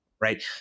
right